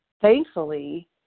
thankfully